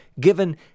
given